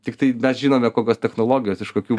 tiktai bet žinome kokios technologijos iš kokių